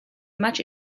much